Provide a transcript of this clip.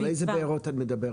אבל על אילו בארות את מדברת?